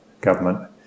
government